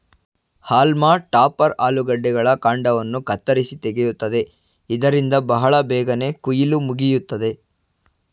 haulm topper ಆಲೂಗಡ್ಡೆಗಳ ಕಾಂಡವನ್ನು ಕತ್ತರಿಸಿ ತೆಗೆಯುತ್ತದೆ ಇದರಿಂದ ಬಹಳ ಬೇಗನೆ ಕುಯಿಲು ಮುಗಿಯುತ್ತದೆ